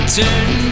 turn